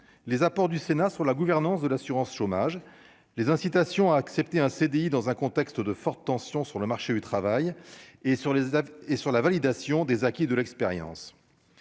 les apports du Sénat sur la gouvernance de l'assurance chômage, les incitations à accepter un CDI dans un contexte de forte tension sur le marché du travail et sur les et sur la validation des acquis de l'expérience,